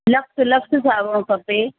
lux Lux साबुणु खपे